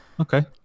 Okay